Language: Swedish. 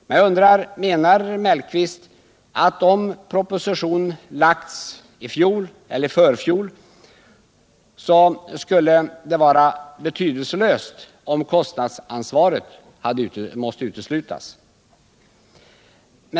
Men jag undrar: Menar Sven Mellqvist att det hade varit betydelselöst om propositionen framlagts i fjol eller i förfjol och kostnadsansvaret alltså måst uteslutas?